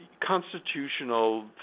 constitutional